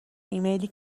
ایمیلی